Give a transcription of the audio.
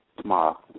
tomorrow